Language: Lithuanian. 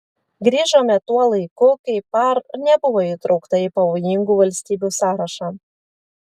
grįžome tuo laiku kai par nebuvo įtraukta į pavojingų valstybių sąrašą